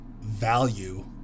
Value